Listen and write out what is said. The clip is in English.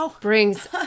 Brings